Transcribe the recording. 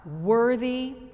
worthy